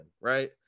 right